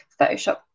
Photoshop